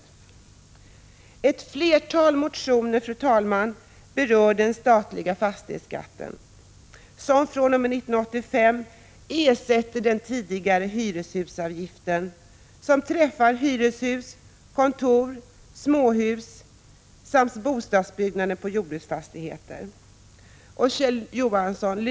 Fru talman! I ett flertal motioner berörs den statliga fastighetsskatten, som fr.o.m. 1985 ersätter den tidigare hyreshusavgiften och träffar hyreshus, kontor, småhus samt bostadsbyggnader på jordbruksfastigheter. Lyssna nu noga, Kjell Johansson!